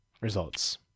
results